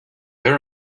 there